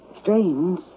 Strange